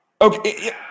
Okay